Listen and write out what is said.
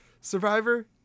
Survivor